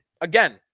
again